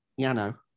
Yano